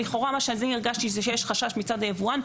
לכאורה מה שאני הרגשתי זה שיש חשש מצד היבואן,